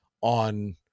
on